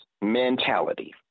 mentality